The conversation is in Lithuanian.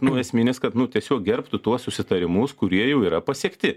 nu esminis kad nu tiesiog gerbtų tuos susitarimus kurie jau yra pasiekti